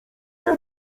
nie